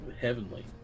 heavenly